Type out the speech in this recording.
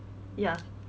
ya